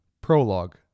Prologue